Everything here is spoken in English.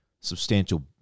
substantial